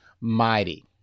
mighty